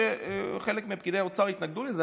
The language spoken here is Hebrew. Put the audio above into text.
שחלק מפקידי האוצר התנגדו לזה,